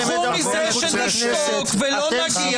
תשכחו מזה שנשתוק ולא נגיב.